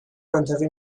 منطقی